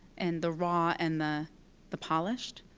and the raw and the the polished.